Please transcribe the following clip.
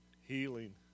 healing